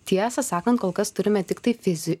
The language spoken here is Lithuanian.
tiesą sakan kol kas turime tiktai fizi